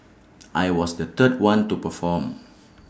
I was the third one to perform